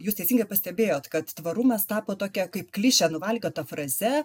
jūs teisingai pastebėjot kad tvarumas tapo tokia kaip kliše nuvalkiota fraze